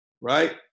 right